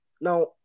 Now